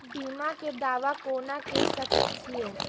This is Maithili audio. बीमा के दावा कोना के सके छिऐ?